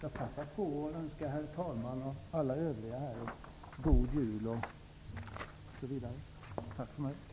Jag passar på att önska herr talmannen och alla övriga en God Jul. Tack för mig.